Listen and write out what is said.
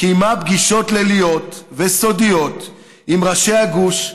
קיימה פגישות ליליות וסודיות עם ראשי הגוש,